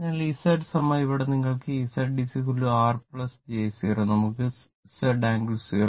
അതിനാൽ Z ഇവിടെ നിങ്ങൾക്ക് Z R j 0 നമുക്ക് Z ആംഗിൾ 0